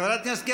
חברת הכנסת גרמן,